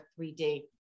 3D